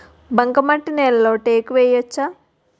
బంకమట్టి నేలలో టేకు వేయవచ్చా?